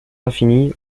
infini